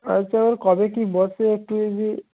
আচ্ছা ও কবে কী বসে একটু যদি